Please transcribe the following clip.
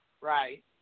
right